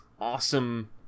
awesome